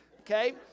okay